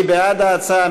מי בעד ההצעה?